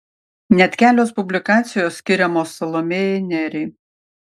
net kelios publikacijos skiriamos salomėjai nėriai